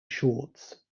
shorts